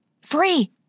Free